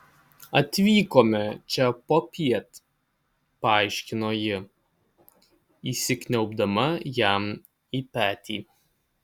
atvykome čia popiet paaiškino ji įsikniaubdama jam į petį